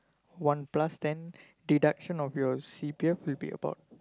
one plus ten deduction of your C_P_F will be about